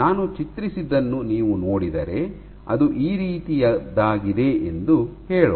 ನಾನು ಚಿತ್ರಿಸಿದನ್ನು ನೀವು ನೋಡಿದರೆ ಅದು ಈ ರೀತಿಯದ್ದಾಗಿದೆ ಎಂದು ಹೇಳೋಣ